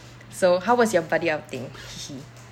so how was your buddy outing